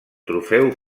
trofeu